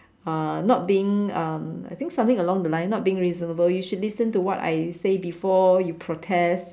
uh not being um I think something along the line not being reasonable you should listen to what I say before you protest